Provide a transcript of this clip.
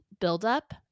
buildup